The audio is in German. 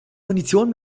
munition